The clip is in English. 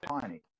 tiny